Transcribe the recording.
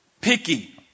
picky